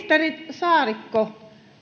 saarikko